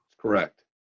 Correct